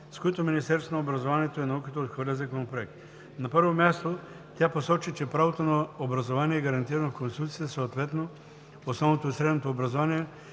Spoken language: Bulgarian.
с които Министерството на образованието и науката отхвърля Законопроекта. На първо място, тя посочи, че правото на образование е гарантирано в Конституцията и съответно основното и средното образования